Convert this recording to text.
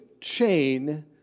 chain